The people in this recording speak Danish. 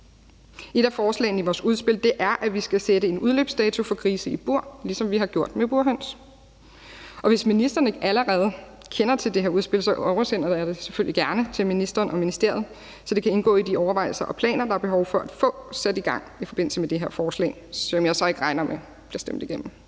Et af forslagene i vores udspil er, at vi skal sætte en udløbsdato for grisene i bur, ligesom vi har gjort med burhøns, og hvis ministeren ikke allerede kender til det her udspil, oversender jeg det selvfølgelig gerne til ministeren og ministeriet, så det kan indgå i de overvejelser og planer, der er behov for at få sat i gang i forbindelse med det her forslag, som jeg så ikke regner med bliver stemt igennem.